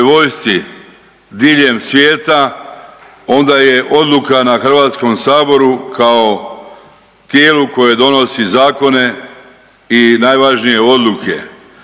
vojsci diljem svijeta, onda je odluka na HS-u kao tijelu koje donosi zakone i najvažnije odluke.